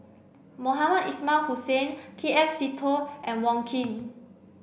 Mohamed Ismail Hussain K F Seetoh and Wong Keen